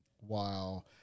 wow